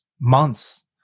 months